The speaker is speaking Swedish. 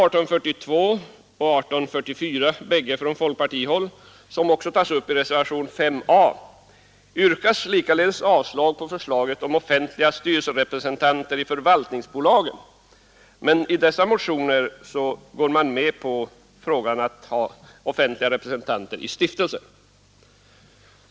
reservationen 5 a yrkas likaledes avslag på förslaget om offentliga styrelserepresentanter i förvaltningsaktiebolag, men i dessa motioner går man med på att ha offentliga representanter i stiftelser.